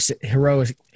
heroic